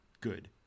good